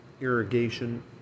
irrigation